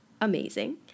amazing